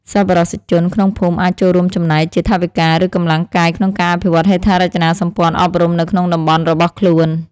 សប្បុរសជនក្នុងភូមិអាចចូលរួមចំណែកជាថវិកា ឬកម្លាំងកាយក្នុងការអភិវឌ្ឍហេដ្ឋារចនាសម្ព័ន្ធអប់រំនៅក្នុងតំបន់របស់ខ្លួន។